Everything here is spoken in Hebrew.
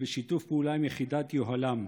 ובשיתוף פעולה עם יחידת יוהל"ם,